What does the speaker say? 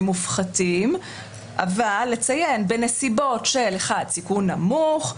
מופחתים אבל לציין בנסיבות של סיכון נמוך,